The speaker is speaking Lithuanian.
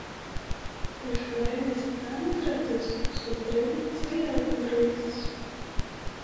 išorinis dantratis su trim cilindrais